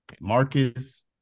Marcus